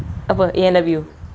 apa A&W